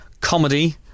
comedy